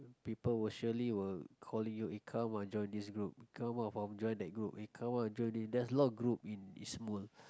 people will surely will calling you eh come ah join this group come ah form join that group eh come ah join in there's a lot of group in in Smule